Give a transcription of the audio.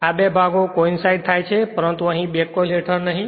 આ બે ભાગો કોઇનસાઇડ થાય છે પરંતુ અહીં બેક કોઇલ હેઠળ નહી